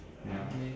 ya